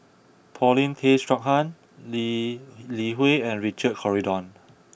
Paulin Tay Straughan Lee Li Hui and Richard Corridon